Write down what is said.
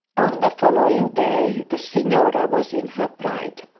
on the following day the signora was in her pride.